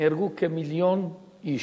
נהרגו כמיליון איש.